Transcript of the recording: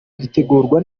gitegurwa